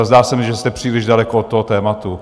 Zdá se mi, že jste příliš daleko od toho tématu.